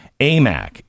AMAC